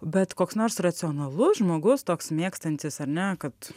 bet koks nors racionalus žmogus toks mėgstantis ar ne kad